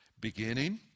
Beginning